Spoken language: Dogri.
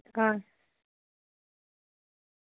आं